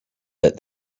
that